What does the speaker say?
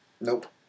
Nope